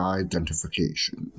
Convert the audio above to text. identification